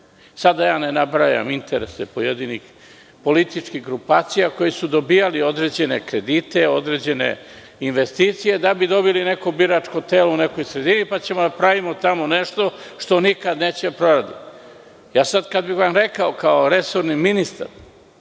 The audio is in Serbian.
sada ne nabrajam interese pojedinih političkih grupacija koje su dobijale određene kredite, određene investicije da bi dobili neko biračko telo u nekoj sredini, pa ćemo da pravimo tamo nešto što nikad neće da proradi. Kada bih vam sada rekao kao resorni ministar